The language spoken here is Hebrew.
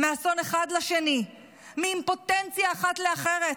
מאסון אחד לשני, מאימפוטנציה אחת לאחרת.